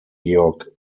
georg